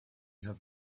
have